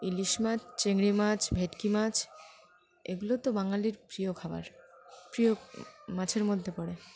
ইলিশ মাছ চিংড়ি মাছ ভেটকি মাছ এগুলো তো বাঙালির প্রিয় খাবার প্রিয় মাছের মধ্যে পড়ে